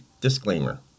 disclaimer